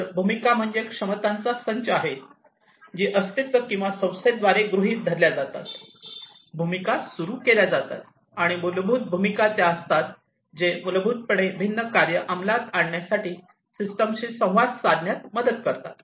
तर भूमिका म्हणजे क्षमतांचा संच आहे जी अस्तित्व किंवा संस्थेद्वारे गृहित धरल्या जातात भूमिका सुरु केल्या जातात आणि मूलभूत भूमिका त्या असतात जे मूलभूतपणे भिन्न कार्ये अंमलात आणण्यासाठी सिस्टमशी संवाद साधण्यास मदत करतात